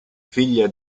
figlia